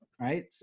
Right